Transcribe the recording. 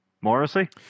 morrissey